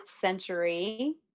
century